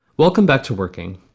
welcome back to working.